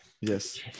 Yes